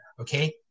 Okay